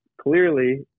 clearly